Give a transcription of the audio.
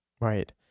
Right